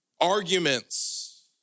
Arguments